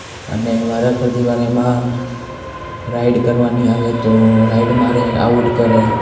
અને વારાફરતી વારે એમાં રાઈડ કરવાની આવે તો રાઈડ મારે આઉટ કરે